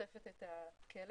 שאוספת את הקלט